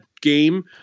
game